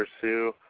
pursue